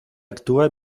actúa